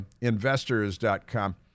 investors.com